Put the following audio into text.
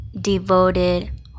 devoted